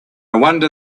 wonder